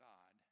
God